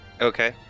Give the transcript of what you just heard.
Okay